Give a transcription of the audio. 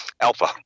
Alpha